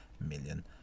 million